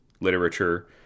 literature